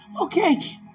okay